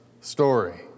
story